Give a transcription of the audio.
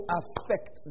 affect